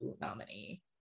nominee